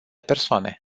persoane